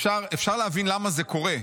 אפשר להבין למה זה קורה,